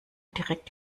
direkt